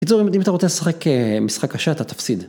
קיצור, אם אתה רוצה לשחק משחק קשה, אתה תפסיד.